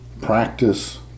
practice